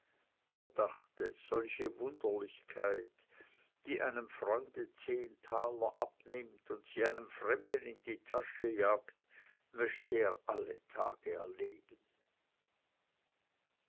er dachte solche wunderlichkeit die einem freunde zehn taler abnimmt und sie einem fremden in die tasche jagt möchte er alle tage erleben